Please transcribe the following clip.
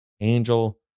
Angel